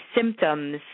symptoms